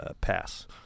Pass